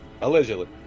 Allegedly